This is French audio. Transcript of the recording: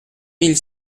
mille